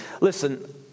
listen